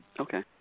okay